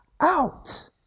out